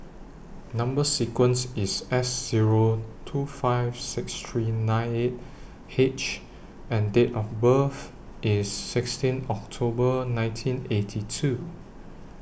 Number sequence IS S Zero two five six three nine eight H and Date of birth IS sixteen October nineteen eighty two